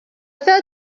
failed